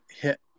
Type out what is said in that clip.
hit